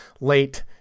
late